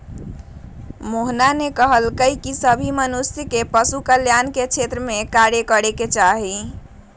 मोहना ने कहल कई की सभी मनुष्य के पशु कल्याण के क्षेत्र में कार्य करे के चाहि